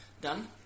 done